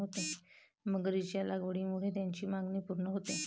मगरीच्या लागवडीमुळे त्याची मागणी पूर्ण होते